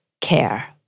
care